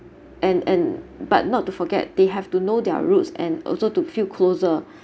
and and but not to forget they have to know their roots and also to feel closer